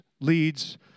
leads